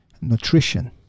nutrition